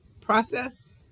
process